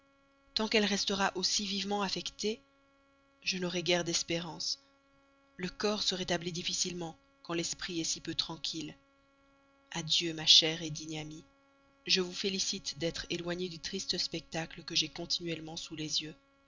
tant qu'elle restera aussi vivement affectée je n'aurai guère d'espérance le corps se rétablit difficilement quand l'esprit est si peu tranquille adieu ma chère digne amie je vous félicite d'être éloignée du triste spectacle que j'ai continuellement sous les yeux